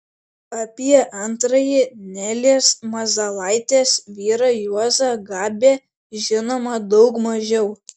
apie antrąjį nelės mazalaitės vyrą juozą gabę žinoma daug mažiau